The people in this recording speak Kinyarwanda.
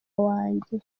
wanjye